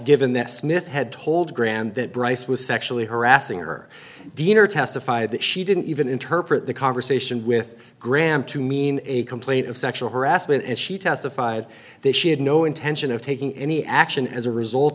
given that smith had told grand that bryce was sexually harassing her dinner testify that she didn't even interpret the conversation with graham to mean a complaint of sexual harassment and she testified that she had no intention of taking any action as a result